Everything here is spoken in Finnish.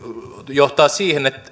johtaa siihen